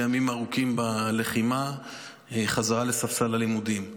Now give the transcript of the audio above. ימים ארוכים בלחימה חזרה לספסל הלימודים.